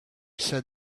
said